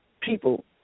people